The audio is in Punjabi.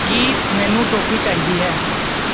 ਕੀ ਮੈਨੂੰ ਟੋਪੀ ਚਾਹੀਦੀ ਹੈ